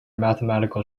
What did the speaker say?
mathematical